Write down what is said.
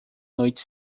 noite